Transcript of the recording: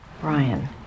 Brian